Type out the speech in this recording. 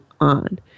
on